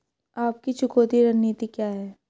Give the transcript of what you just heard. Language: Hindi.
आपकी चुकौती रणनीति क्या है?